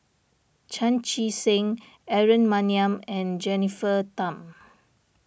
Chan Chee Seng Aaron Maniam and Jennifer Tham